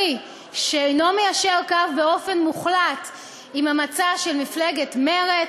שאינו מיישר קו באופן מוחלט עם המצע של מפלגת מרצ,